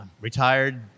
Retired